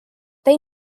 they